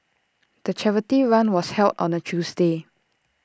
the charity run was held on A Tuesday